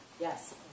yes